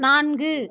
நான்கு